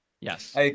Yes